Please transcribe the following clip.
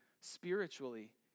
spiritually